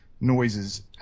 noises